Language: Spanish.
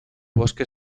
bosque